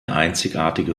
einzigartige